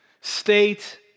state